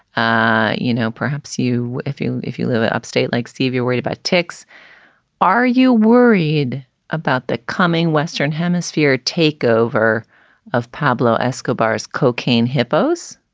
ah you know, perhaps you if you if you live in upstate like steve, you're worried about ticks are you worried about the coming western hemisphere takeover of pablo escobar's cocaine hippos?